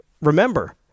remember